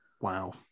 Wow